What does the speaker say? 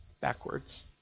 backwards